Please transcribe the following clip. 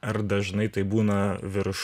ar dažnai tai būna virš